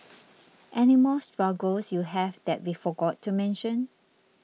any more struggles you have that we forgot to mention